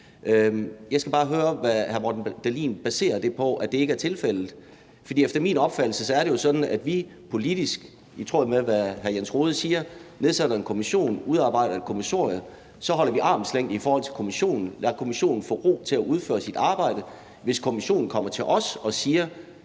Jeg skal bare høre, hvad hr. Morten Dahlin baserer det om, at det ikke er tilfældet, på. For efter min opfattelse er det jo sådan, at vi politisk, i tråd med hvad hr. Jens Rohde siger, nedsætter en kommission, udarbejder et kommissorie, så vi holder armslængde i forhold til kommissionen, lader kommissionen få ro til at udføre sit arbejde, og hvis kommissionen kommer til os og siger: